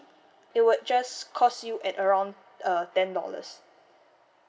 it would just cost you at around uh ten dollars